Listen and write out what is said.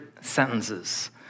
sentences